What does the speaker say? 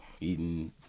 eating